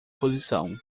posição